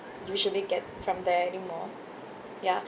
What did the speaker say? usually get from there anymore ya